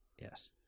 yes